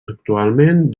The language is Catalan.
actualment